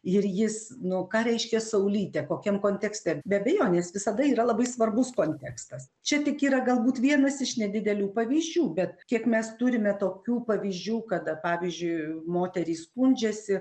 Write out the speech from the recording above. ir jis nu ką reiškia saulytė kokiam kontekste be abejonės visada yra labai svarbus kontekstas čia tik yra galbūt vienas iš nedidelių pavyzdžių bet kiek mes turime tokių pavyzdžių kada pavyzdžiui moterys skundžiasi